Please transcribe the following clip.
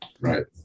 right